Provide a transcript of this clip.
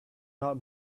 not